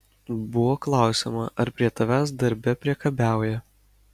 buvo klausiama ar prie tavęs darbe priekabiauja